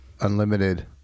unlimited